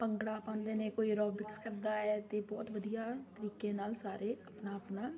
ਭੰਗੜਾ ਪਾਉਂਦੇ ਨੇ ਕੋਈ ਐਰੋਬਿਕਸ ਕਰਦਾ ਆਏ ਅਤੇ ਬਹੁਤ ਵਧੀਆ ਤਰੀਕੇ ਨਾਲ ਸਾਰੇ ਆਪਣਾ ਆਪਣਾ